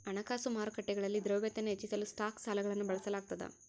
ಹಣಕಾಸು ಮಾರುಕಟ್ಟೆಗಳಲ್ಲಿ ದ್ರವ್ಯತೆನ ಹೆಚ್ಚಿಸಲು ಸ್ಟಾಕ್ ಸಾಲಗಳನ್ನು ಬಳಸಲಾಗ್ತದ